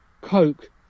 Coke